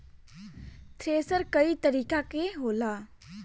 thresher कई तरीका के होला